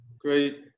great